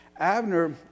Abner